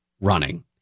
running